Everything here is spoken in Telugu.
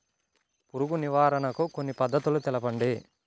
పురుగు నివారణకు కొన్ని పద్ధతులు తెలుపండి?